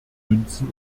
münzen